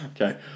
Okay